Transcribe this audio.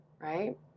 right